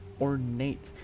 ornate